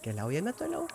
keliaujame toliau